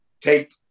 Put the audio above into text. take